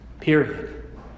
Period